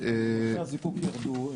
--- הזיקוק ירדו,